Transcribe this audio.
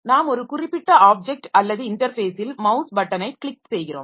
நாம் ஒரு குறிப்பிட்ட ஆப்ஜெக்ட் அல்லது இன்டர்ஃபேஸில் மவ்ஸ் பட்டனை க்ளிக் செய்கிறோம்